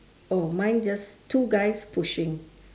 oh mine just two guys pushing